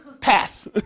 Pass